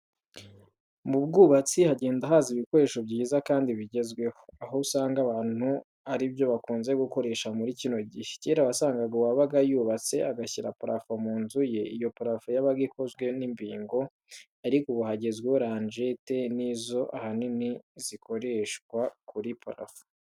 Mu bwubatsi hagenda haza ibikoresho byiza kandi bigezweho, aho usanga abantu ari byo bakunze gukoresha muri kino gihe. Kera wasangaga uwabaga yubatse agashyira parafo mu nzu ye, iyo parafo yabaga ikozwe n'imbingo ariko ubu hagezwe ranjete ni zo ahanini zikoreshwa kuri parafo.